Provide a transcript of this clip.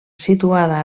situada